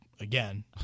again